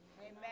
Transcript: Amen